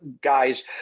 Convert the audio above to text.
guys